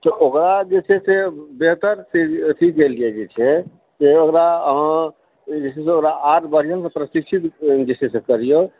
ओकरा जे छै से बेहतर एथीके लिए जे छै ओकरा अहाँ जे छै से ओकरा आर बढ़िऑं तरहसन प्रशिक्षित जे छै से करिऔ